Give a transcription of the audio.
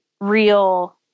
real